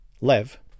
Lev